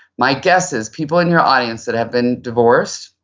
my guess is people in your audience that have been divorced,